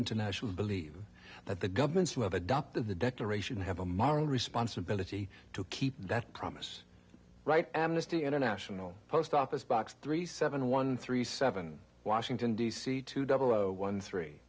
international believe that the governments who have adopted the declaration have a moral responsibility to keep that promise right amnesty international post office box three seven one three seven washington d c two double zero one three